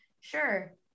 Sure